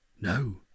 No